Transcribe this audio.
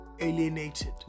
alienated